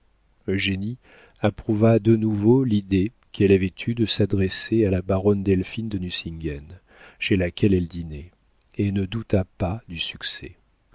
causes eugénie approuva de nouveau l'idée qu'elle avait eue de s'adresser à la baronne delphine de nucingen chez laquelle elle dînait et ne douta pas du succès